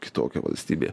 kitokia valstybė